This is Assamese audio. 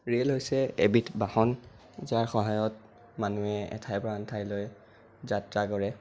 ৰে'ল হৈছে এবিধ বাহন যাৰ সহায়ত মানুহে এঠাইৰ পৰা আন ঠাইলৈ যাত্ৰা কৰে